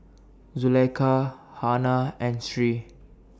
Zulaikha Hana and Sri